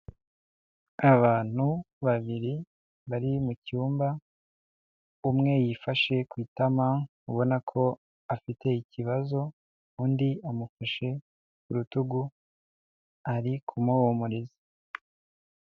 Abantu babiri bari mu cyumba umwe yifashe ku itama ubona ko afite ikibazo undi amufashe ku rutugu ari kumuhumuriza.